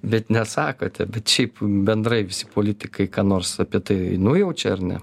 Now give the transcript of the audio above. bet nesakote bet šiaip bendrai visi politikai ką nors apie tai nujaučia ar ne